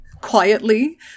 quietly